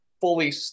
fully